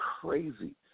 crazy